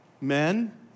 Men